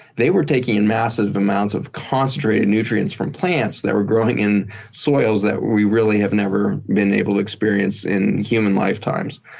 they were taking in massive amounts of concentrated nutrients from plants that were growing in soils that we really have never been able to experience in human lifetimes.